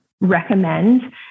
recommend